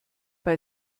bei